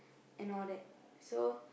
and all that so